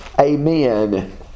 Amen